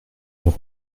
nous